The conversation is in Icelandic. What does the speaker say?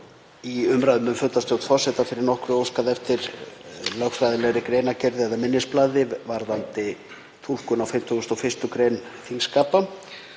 í umræðum um fundarstjórn forseta fyrir nokkru óskaði eftir lögfræðilegri greinargerð eða minnisblaði varðandi túlkun á 51. gr. þingskapa